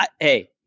hey